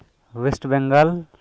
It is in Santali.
ᱳᱭᱮᱥᱴ ᱵᱮᱝᱜᱚᱞ